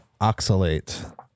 oxalate